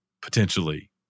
potentially